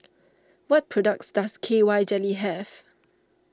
what products does K Y Jelly have